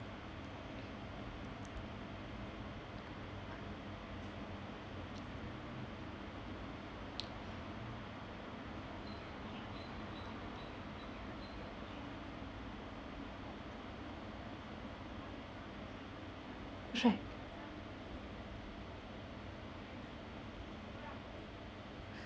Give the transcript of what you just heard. right